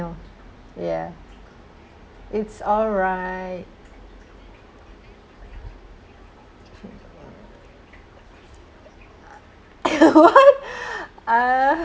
ya it's alright what uh